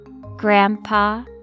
Grandpa